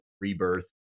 rebirth